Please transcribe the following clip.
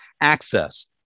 access